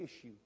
issue